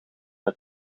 het